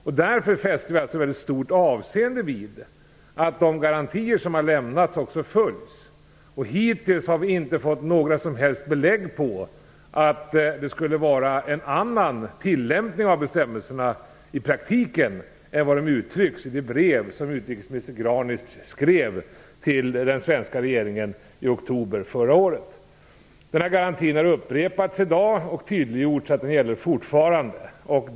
Således fäster vi väldigt stort avseende vid att de garantier som har lämnats också följs. Hittills har vi inte fått några som helst belägg för att det i praktiken skulle vara en annan tillämpning av bestämmelserna än som uttrycks i det brev som utrikesminister Granic skrev till den svenska regeringen i oktober förra året. Denna garanti har upprepats i dag, och det har tydliggjorts att den fortfarande gäller.